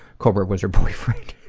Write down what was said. cobra was her boyfriend. i